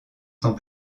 sans